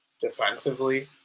defensively